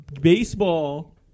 Baseball